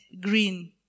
green